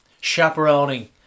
chaperoning